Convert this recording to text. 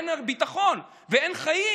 אין ביטחון ואין חיים.